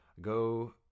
Go